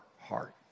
heart